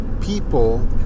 People